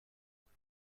دیگه